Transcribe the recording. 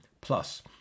plus